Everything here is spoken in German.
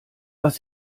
was